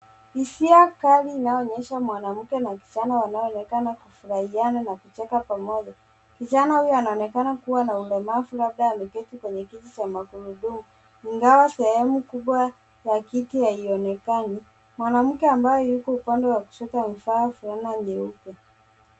Hisia kazi inayoonyesha mwanamke na kijana wanaooneka kufurahiana na kucheka pamoja. Kijana huyo anaonekana kua na ulemavu, labda ameketi kwenye kitu cha magurudumu, ingawa sehemu kubwa ya kiti haionekani. Mwanamke ambaye yuko upande wa kushoto amevaa fulana nyeupe.